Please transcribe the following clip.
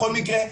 בכל מקרה,